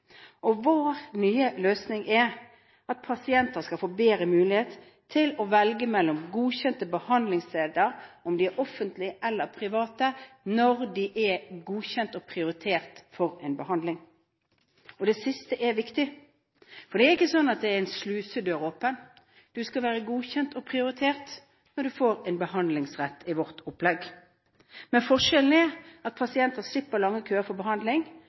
det. Vår nye løsning er at pasienter skal få bedre mulighet til å velge mellom godkjente behandlingssteder – offentlige eller private – når de er godkjent og prioritert for en behandling. Det siste er viktig, for det er ikke sånn at det er en slusedør åpen. Du skal være godkjent og prioritert før du får en behandlingsrett i vårt opplegg. Forskjellen er at pasienter slipper lange køer for behandling,